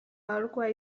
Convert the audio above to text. aholkua